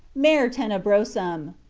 mare tenebrosum.